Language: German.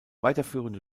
weiterführende